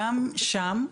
גם שם,